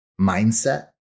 mindset